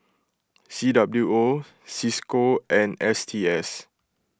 C W O Cisco and S T S